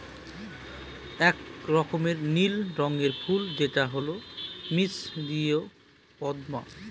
এক রকমের নীল রঙের ফুল যেটা হল মিসরীয় পদ্মা